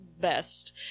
best